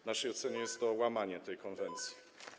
W naszej ocenie jest to łamanie tej konwencji.